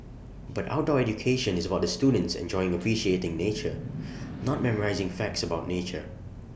but outdoor education is about the students enjoying appreciating nature not memorising facts about nature